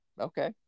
Okay